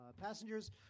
passengers